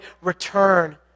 return